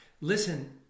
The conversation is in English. Listen